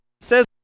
says